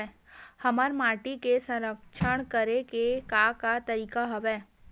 हमर माटी के संरक्षण करेके का का तरीका हवय?